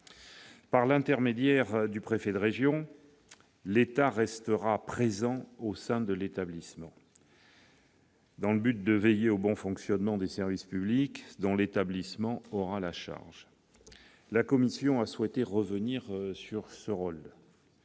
Par l'intermédiaire du préfet de région, l'État restera présent au sein de l'établissement, dans le but de veiller au bon fonctionnement des services publics dont l'établissement aura la charge. La commission a souhaité revenir sur ce rôle.